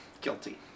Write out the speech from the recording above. Guilty